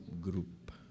group